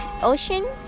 Ocean